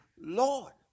Lord